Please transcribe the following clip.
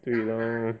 对 loh